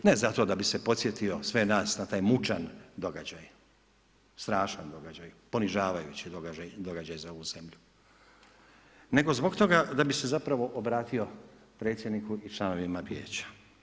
Ne zato da bi se podsjetio sve nas na taj mučan događaj, strašan događaj, ponižavajući događaj za ovu zemlju, nego zbog toga da bi se zapravo obratio predsjedniku i članovima vijeća.